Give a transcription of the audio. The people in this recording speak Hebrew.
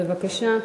בבקשה.